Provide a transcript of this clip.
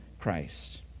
Christ